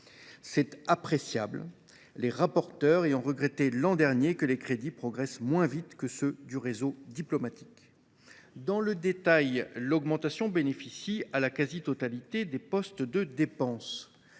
C’est appréciable, les rapporteurs ayant regretté l’an dernier que ces crédits progressent moins vite que ceux du réseau diplomatique. Dans le détail, l’augmentation bénéficie à la quasi totalité des postes de dépense